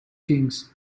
kings